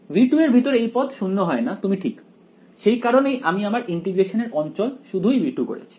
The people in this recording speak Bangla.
V2 এর ভিতর এই পদ শূন্য হয় না তুমি ঠিক সেই কারণেই আমি আমার ইন্টিগ্রেশনের অঞ্চল শুধুই V2 করেছি